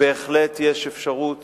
בהחלט יש אפשרות